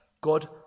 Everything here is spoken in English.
God